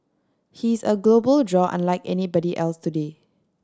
he's a global draw unlike anybody else today